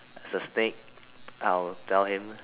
is a snake I'll tell him